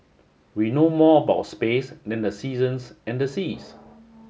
we know more about space than the seasons and the seas